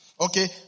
Okay